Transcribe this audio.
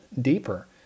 deeper